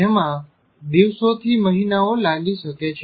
જેમાં દિવસોથી મહિનાઓ લાગી શકે છે